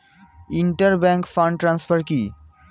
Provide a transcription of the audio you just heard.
Inter bank fund transfer কি?